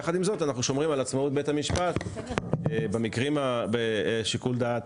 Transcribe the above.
יחד עם זאת אנחנו שומרים על עצמאות בית המשפט בשיקול דעת